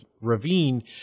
ravine